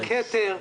היה כתר,